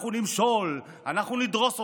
אנחנו נמשול, אנחנו נדרוס אתכם,